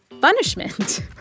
punishment